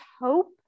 hope